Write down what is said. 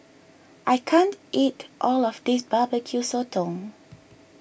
I can't eat all of this Barbecue Sotong